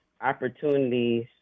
opportunities